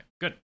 good